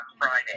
Friday